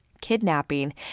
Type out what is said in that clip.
kidnapping